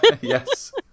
Yes